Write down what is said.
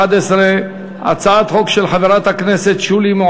ירושלים ננוחם, חבר הכנסת מיכאלי.